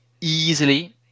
easily